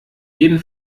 jeden